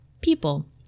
people